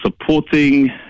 supporting